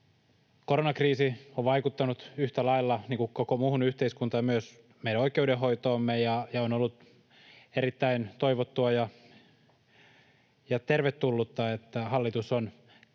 Koronakriisi on vaikuttanut, yhtä lailla niin kuin koko muuhun yhteiskuntaan, myös meidän oikeudenhoitoomme, ja on ollut erittäin toivottua ja tervetullutta, että hallitus on myöntänyt